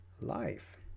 life